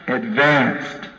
advanced